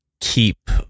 keep